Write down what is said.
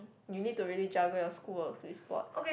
you need to really juggle your school work with sports